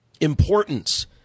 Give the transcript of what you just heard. importance